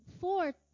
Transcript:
Fourth